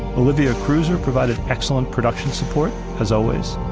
olivia cruiser provided excellent production support, as always,